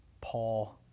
Paul